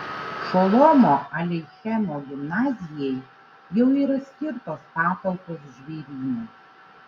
šolomo aleichemo gimnazijai jau yra skirtos patalpos žvėryne